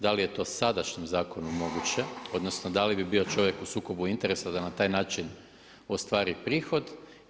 Da li je to sadašnjem zakonom moguće, odnosno, da li bi bio čovjek u sukobu interesa da na taj način ostvari prihod?